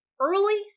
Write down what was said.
early